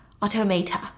automata